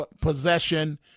possession